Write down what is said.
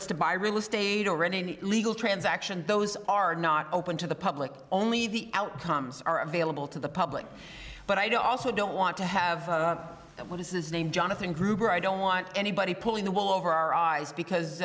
it's to buy real estate or any legal transaction those are not open to the public only the outcomes are available to the public but i'd also don't want to have what is named jonathan gruber i don't want anybody pulling the wool over our eyes because